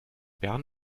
bern